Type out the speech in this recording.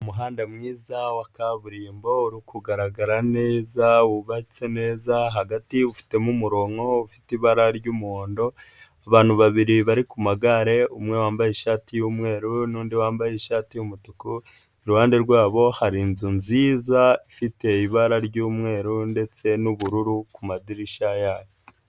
Umuhanda mwiza wa kaburimbo uri kugaragara neza, wubatse neza, hagati ufitemo umurongo, ufite ibara ry'umuhondo abantu babiri bari ku magare umwe wambaye ishati y'umweru n'undi wambaye ishati y'umutuku, iruhande rwabo hari inzu nziza ifite ibara ry'umweru ndetse n'ubururu ku madirishya yayo.